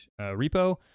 repo